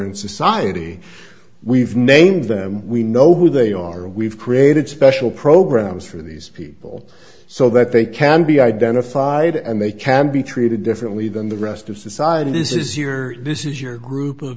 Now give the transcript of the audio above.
an society we've named them we know who they are we've created special programs for these people so that they can be identified and they can be treated differently than the rest of society this is your this is your group of